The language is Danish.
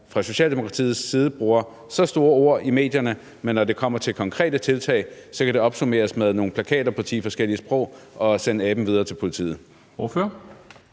fra Socialdemokratiets side bruger så store ord i medierne, men når det kommer til konkrete tiltag, kan det opsummeres med nogle plakater på ti forskellige sprog og at sende aben videre til politiet?